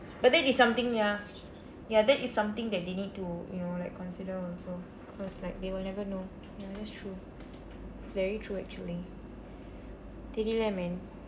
but that is something ya ya that is something that they need to you know like consider also cause like they will never know ya that's true it's very true actually தெரியில்ல:theriyilla man